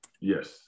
yes